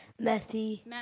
Messy